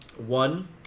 one